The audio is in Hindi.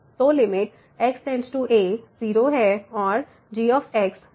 तो लिमिट x → a 0 है और g 0है